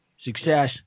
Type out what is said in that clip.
success